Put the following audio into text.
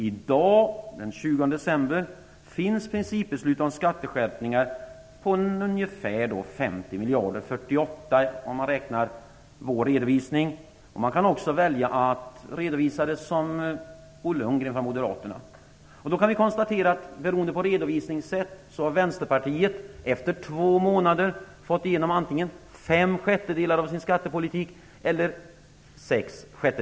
I dag, den 20 december, finns principbeslut om skatteskärpningar om ungefär 50 miljarder. De uppgår enligt vår redovisning till 48 miljarder, men man kan också välja att redovisa dem så som Bo Lundgren, Moderaterna, väljer att göra. Man kan konstatera att Vänsterpartiet beroende på redovisningssätt efter två månader fått igenom antingen 5 6 av sin skattepolitik.